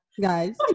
guys